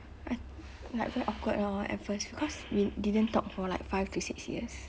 I like very awkward lor at first cause we didn't talk for like five to six years